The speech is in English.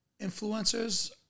influencers